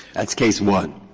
that's case one.